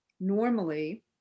normally